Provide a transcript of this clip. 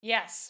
Yes